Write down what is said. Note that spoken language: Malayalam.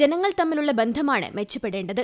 ജനങ്ങൾ തമ്മിലുള്ള ബന്ധമാണ് മെച്ചപ്പെടേണ്ടത്